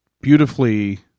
beautifully